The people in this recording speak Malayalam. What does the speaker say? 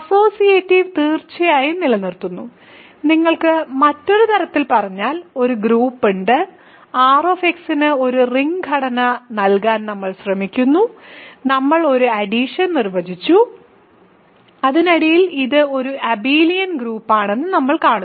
അസോസിയേറ്റിവിറ്റി തീർച്ചയായും നിലനിർത്തുന്നു നിങ്ങൾക്ക് മറ്റൊരു തരത്തിൽ പറഞ്ഞാൽ ഒരു ഗ്രൂപ്പുണ്ട് R x ന് ഒരു റിംഗ് ഘടന നൽകാൻ നമ്മൾ ശ്രമിക്കുന്നു നമ്മൾ ഒരു അഡിഷൻ നിർവചിച്ചു അതിനടിയിൽ ഇത് ഒരു അബെലിയൻ ഗ്രൂപ്പാണെന്ന് നമ്മൾ കാണുന്നു